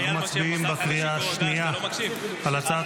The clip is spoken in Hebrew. אנחנו מצביעים בקריאה השנייה על הצעת